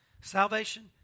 Salvation